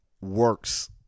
works